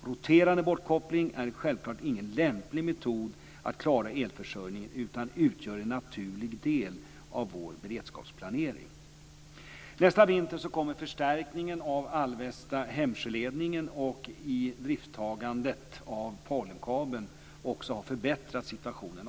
Roterande bortkoppling är självklart ingen lämplig metod för att klara elförsörjningen, utan den utgör en naturlig del av vår beredskapsplanering. Hemsjö-ledningen och idrifttagandet av Polenkabeln också att avsevärt ha förbättrat situationen.